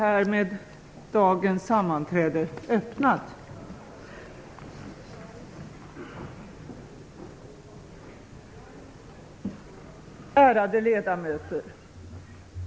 Ärade ledamöter!